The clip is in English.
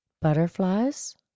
Butterflies